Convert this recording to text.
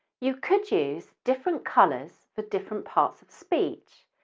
you could use different colours for different parts of speech,